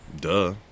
Duh